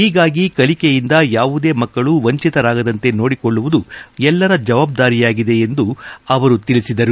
ಹೀಗಾಗಿ ಕಲಿಕೆಯಿಂದ ಯಾವುದೇ ಮಕ್ಕಳು ವಂಚಿತರಾಗದಂತೆ ನೋಡಿಕೊಳ್ಳುವುದು ಎಲ್ಲರ ಜವಾಬ್ದಾರಿಯಾಗಿದೆ ಎಂದು ಕರೆ ನೀಡಿದರು